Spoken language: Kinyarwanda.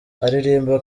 aririmba